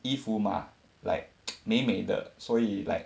衣服 mah like 美美的所以 like